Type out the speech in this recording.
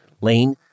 Lane